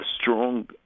strong